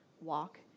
walk